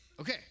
Okay